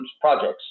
projects